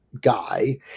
guy